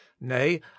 nay